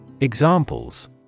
Examples